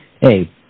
hey